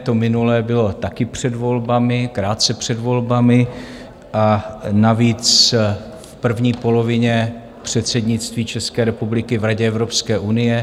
To minulé bylo taky před volbami, krátce před volbami, a navíc v první polovině předsednictví České republiky v Radě Evropské unie.